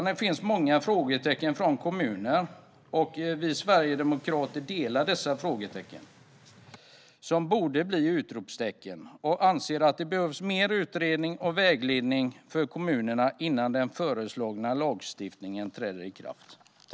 Det finns många frågetecken i remissutlåtandena från kommuner. Vi sverigedemokrater delar dessa frågetecken, som borde bli utropstecken, och anser att det behövs mer utredning och vägledning för kommunerna innan den föreslagna lagstiftningen träder i kraft.